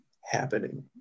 happening